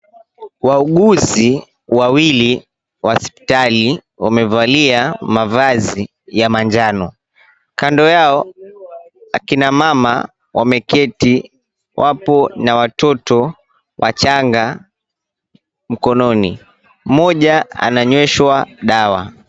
Wauguzi wawili hospitali wamevaa mavazi ya manjano. Kando yao akina mama wameketii wapo na watoto wachanga mkononi. Moja ananyweshwa dawa.